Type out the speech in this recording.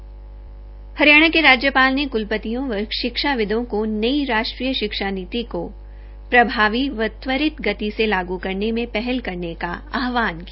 हरियाणा के राज्यपाल ने कुलपतियों व शिक्षाविदों को नई राश्टीय शिक्षा नीति को प्रभावित व त्वरित विधि से लागू करने में पहल करने का आहवान किया